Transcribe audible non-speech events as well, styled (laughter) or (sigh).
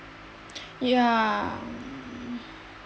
(noise) ya